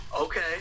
Okay